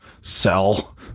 sell